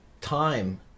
Time